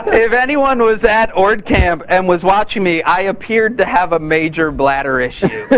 if anyone was at ord camp and was watching me, i appeared to have a major bladder issue,